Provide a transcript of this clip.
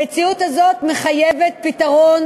המציאות הזאת מחייבת פתרון,